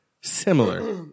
similar